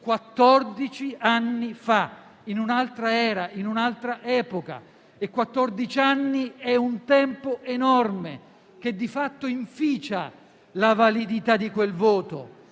anni fa, in un'altra era, in un'altra epoca. Quattordici anni è un tempo enorme che, di fatto, inficia la validità di quel voto.